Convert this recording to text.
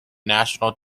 national